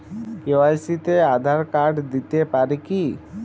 KYC তে Aadhaar card দিতে পারি কি?